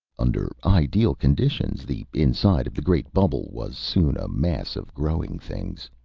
under ideal conditions, the inside of the great bubble was soon a mass of growing things.